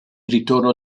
ritorno